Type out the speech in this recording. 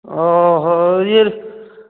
ଓହୋ ଇଏ